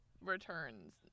Returns